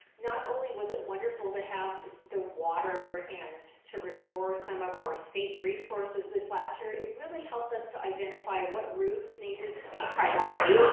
not only was it wonderful to have the water and to restore some of our ah state resources this last year, it really helped us to identify what roofs needed to be priority.